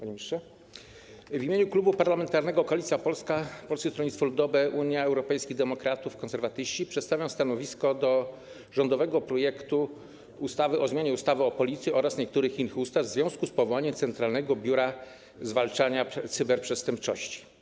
W imieniu Klubu Parlamentarnego Koalicja Polska - Polskie Stronnictwo Ludowe, Unia Europejskich Demokratów, Konserwatyści przedstawiam stanowisko dotyczące rządowego projektu ustawy o zmianie ustawy o Policji oraz niektórych innych ustaw w związku z powołaniem Centralnego Biura Zwalczania Cyberprzestępczości.